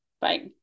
bye